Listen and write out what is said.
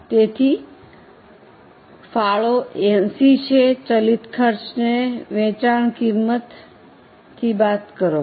તેથી ફાળો 80 છે ચલિત ખર્ચને વેચાણ કિંમત થી બાદ કરો